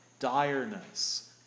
Direness